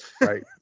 right